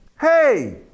hey